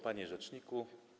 Panie Rzeczniku!